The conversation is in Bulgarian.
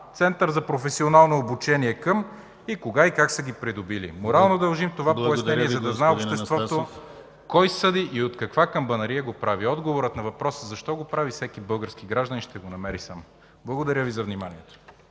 „Център за професионално обучение към” и кога и как са я придобили. Морално държим това пояснение, за да знае обществото кой съди и от каква камбанария го прави. Отговорът на въпроса защо го прави всеки български гражданин ще го намери сам. Благодаря Ви за вниманието.